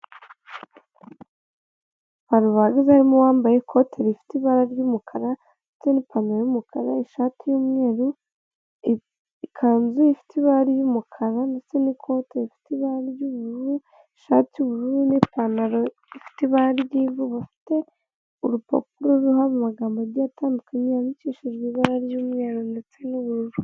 Abantu bahagaze harimo uwambaye ikote rifite ibara ry'umukara n'ipantaro yumukara ishati yu'mweru ikanzu ifite ibara y'umukara ndetse n'ikote rifite ibara ry'ubururu ishati y'ubururu n'ipantaro ifite ibara ry'ivu bafite urupapuro ruriho amagambo agiye atandukanye yandikishijwe ibara ry'umweru ndetse n'ubururu.